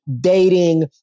dating